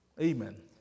Amen